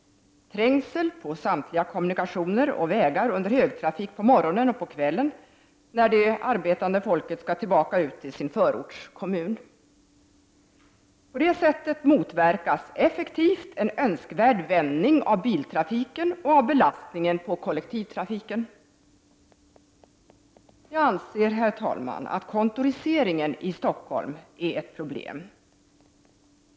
Det är trängsel på samtliga kommunikationsmedel och vägar under högtrafik på morgonen och likadant på kvällen när de arbetande skall tillbaka ut till sin förortskommun. På detta sätt motverkas effektivt en önskvärd förändring av biltrafiken och belastningen på kollektivtrafiken. Herr talman! Jag anser att kontoriseringen i Stockholm är ett problem.